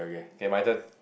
K my turn